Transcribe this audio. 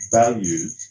values